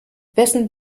wessen